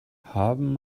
haben